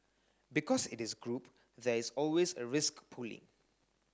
because it is group there is always a risk pooling